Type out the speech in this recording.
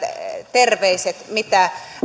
terveiset mitä